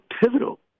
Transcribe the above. pivotal